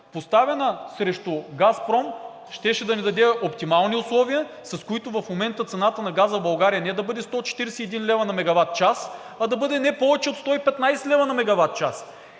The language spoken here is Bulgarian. поставена срещу „Газпром“, щеше да ни даде оптимални условия, с които в момента цената на газа в България не да бъде 141 лв. на мегаватчас, а да бъде не повече от 115 лв. на мегаватчас.